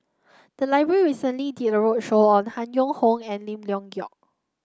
the library recently did a roadshow on Han Yong Hong and Lim Leong Geok